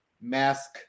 mask